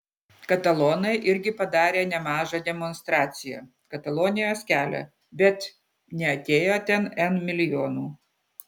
katalonai irgi padarė nemažą demonstraciją katalonijos kelią bet neatėjo ten n milijonų